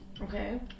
Okay